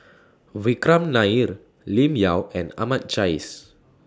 Vikram Nair Lim Yau and Ahmad Jais